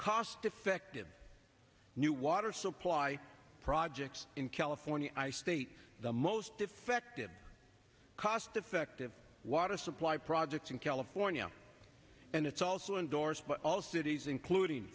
cost effective new water supply projects in california i state the most effective cost effective water supply project in california and it's also endorsed by all cities including